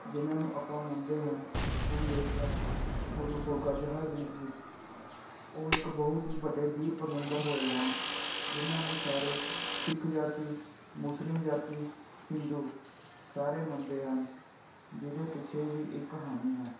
ਜਿੰਨ੍ਹਾਂ ਨੂੰ ਆਪਾਂ ਮੰਨਦੇ ਹਨ ਕੁਲ ਦੇਵਤਾ ਗੁਰੂ ਗੋਗਾ ਜਾਹਰ ਪੀਰ ਜੀ ਉਹ ਇੱਕ ਬਹੁਤ ਹੀ ਵੱਡੇ ਬੀਰ ਪੈਗੰਬਰ ਹੋਏ ਹਨ ਜਿੰਨਾਂ ਨੂੰ ਸਾਰੇ ਸਿੱਖ ਜਾਤੀ ਮੁਸਲਿਮ ਜਾਤੀ ਹਿੰਦੂ ਸਾਰੇ ਮੰਨਦੇ ਹਨ ਜਿਹਦੇ ਪਿੱਛੇ ਵੀ ਇੱਕ ਕਹਾਣੀ ਹੈ